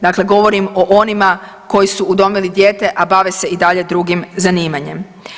Dakle govorim o onima koji su udomili dijete, a bave se i dalje drugim zanimanjem.